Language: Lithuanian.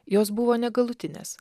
jos buvo negalutinės